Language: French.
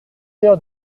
sœur